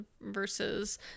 versus